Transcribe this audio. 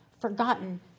forgotten